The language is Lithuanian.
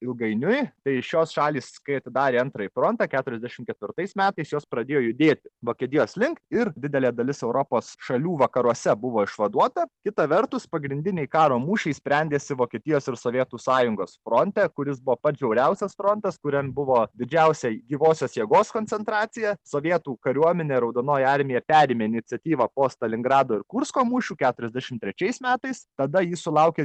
ilgainiui tai šios šalys kai atidarė antrąjį frontą keturiasdešim ketvirtais metais jos pradėjo judėti vokietijos link ir didelė dalis europos šalių vakaruose buvo išvaduota kita vertus pagrindiniai karo mūšiai sprendėsi vokietijos ir sovietų sąjungos fronte kuris buvo pats žiauriausias frontas kuriam buvo didžiausia gyvosios jėgos koncentracija sovietų kariuomenė raudonoji armija perėmė iniciatyvą po stalingrado ir kursko mūšių keturiasdešim trečiais metais tada ji sulaukė